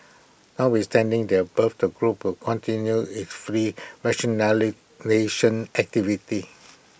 notwithstanding the above the group will continue its fleet rationalisation activities